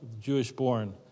Jewish-born